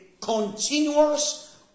continuous